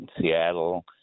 Seattle